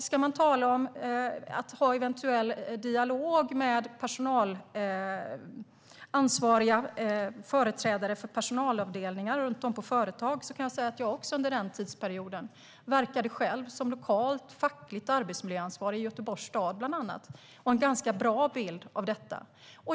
Ska man tala om eventuell dialog med personalansvariga och företrädare för personalavdelningar på företag kan jag berätta att jag under den tidsperioden själv verkade som lokalt fackligt arbetsmiljöansvarig i Göteborgs stad och har en ganska bra bild av detta.